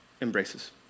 embraces